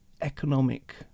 economic